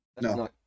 No